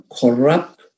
corrupt